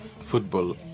football